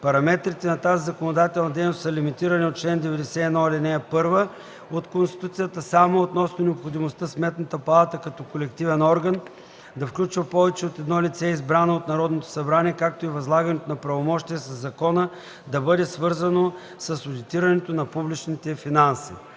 Параметрите на тази законодателна дейност са лимитирани от чл. 91, ал. 1 от Конституцията само относно необходимостта Сметната палата като колективен орган да включва повече от едно лице, избрано от Народното събрание, както и възлагането на правомощия със закона да бъде свързано с одитирането на публичните финанси.